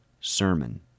sermon